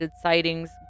sightings